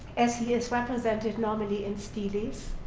as he is represented normally in stelaes,